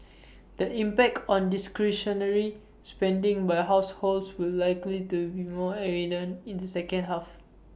the impact on discretionary spending by households will likely to be more evident in the second half